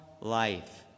life